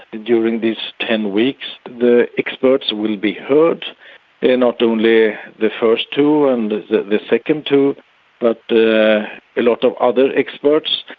during these ten weeks, the experts will be heard and not only the first two and the the second two, but a lot of other experts.